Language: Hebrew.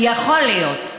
יכול להיות.